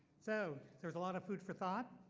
so there's a lot of food for thought,